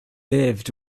lived